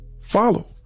Follow